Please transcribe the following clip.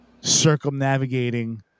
circumnavigating